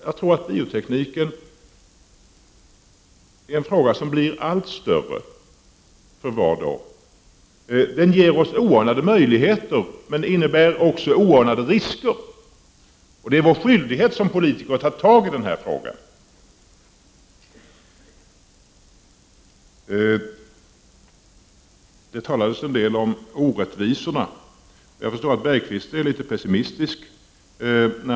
Jag tror att biotekniken är en fråga som blir större och större för var dag. Biotekniken ger oss oanade möjligheter. Men den innebär också oanade risker. Det är en skyldighet för oss politiker att ta tag i detta. Det har talats en del om orättvisor. Jag förstår att Jan Bergqvist är litet pessimistisk.